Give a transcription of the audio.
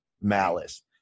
malice